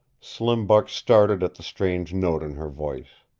slim buck started at the strange note in her voice.